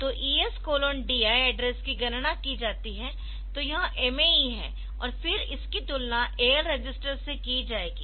तो ES DI address की गणना की जाती है तो यह MAE है और फिर इसकी तुलना AL रजिस्टर से की जाएगी